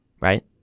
right